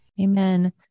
Amen